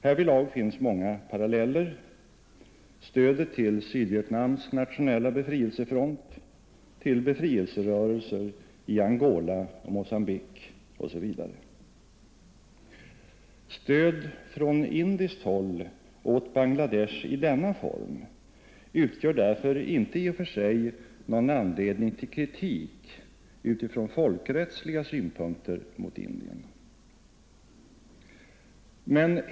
Härvidlag finns många paralleller: stödet till Sydvietnams nationella befrielsefront, till befrielserörelser i Angola och Mogambique osv. Stöd från indiskt håll åt Bangla Desh i denna form utgör därför inte i och för sig någon anledning till kritik utifrån folkrättsliga synpunkter mot Indien.